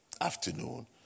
afternoon